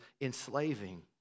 enslaving